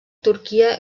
turquia